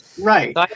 right